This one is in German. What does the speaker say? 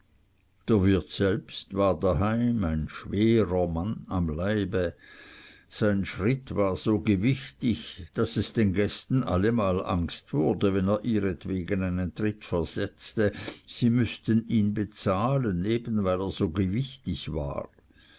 der wirt war selbst daheim ein schwerer mann am leibe sein schritt war so gewichtig daß es den gästen allemal angst wurde wenn er ihretwegen einen tritt versetzte sie müßten ihn bezahlen eben weil er so gewichtig war